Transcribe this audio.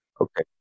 Okay